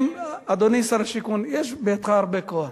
אדוני שר השיכון, יש בידך הרבה כוח.